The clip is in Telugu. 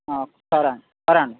సరే అండి సరే అండి